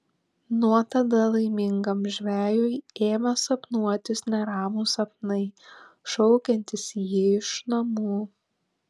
nuo tada laimingam žvejui ėmė sapnuotis neramūs sapnai šaukiantys jį iš namų